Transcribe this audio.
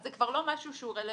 אז זה כבר לא משהו שהוא רלבנטי.